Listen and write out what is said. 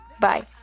Bye